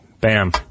Bam